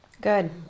Good